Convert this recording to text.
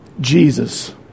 Jesus